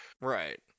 Right